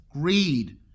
greed